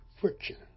friction